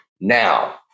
now